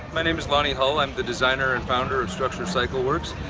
my name is lonnie hall. i'm the designer and founder of structure cycleworks,